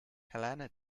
helena